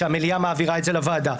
שהמליאה מעבירה את זה לוועדה,